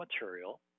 material